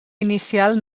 inicial